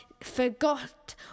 forgot